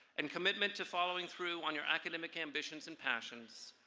and commitment to following through on your academic ambitions and passions,